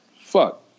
fuck